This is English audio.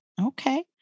Okay